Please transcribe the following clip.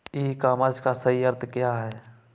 ई commerce का सही अर्थ क्या है?